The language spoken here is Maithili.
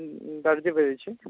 हम दर्जी बजै छी